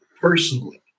personally